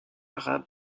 arabe